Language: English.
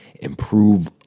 improve